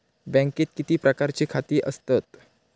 बँकेत किती प्रकारची खाती असतत?